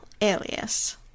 alias